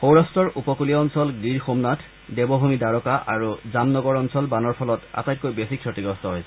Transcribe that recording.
সৌৰাট্টৰ উপকুলীয় অঞ্চল গীৰ সোমনাথ দেৱভূমি দ্বাৰকা আৰু জামনগৰ অঞ্চল বানৰ ফলত আটাইতকৈ বেছি ক্ষতিগ্ৰস্ত হৈছে